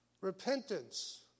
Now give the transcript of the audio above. Repentance